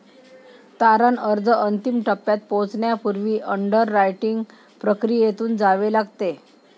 तारण अर्ज अंतिम टप्प्यात पोहोचण्यापूर्वी अंडररायटिंग प्रक्रियेतून जावे लागते